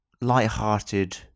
light-hearted